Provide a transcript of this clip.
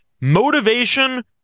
Motivation